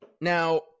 Now